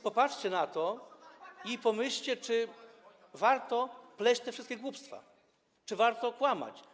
Popatrzcie więc na to i pomyślcie, czy warto pleść te wszystkie głupstwa, czy warto kłamać.